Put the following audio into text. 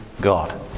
God